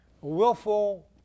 Willful